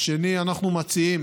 השני, אנחנו מציעים